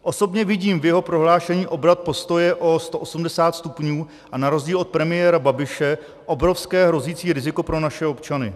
Osobně vidím v jeho prohlášení obrat postoje o 180 stupňů a na rozdíl od premiéra Babiše obrovské hrozící riziko pro naše občany.